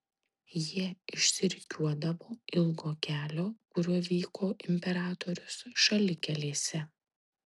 jie išsirikiuodavo ilgo kelio kuriuo vyko imperatorius šalikelėse